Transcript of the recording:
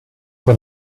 when